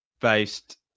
based